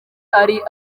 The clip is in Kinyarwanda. ari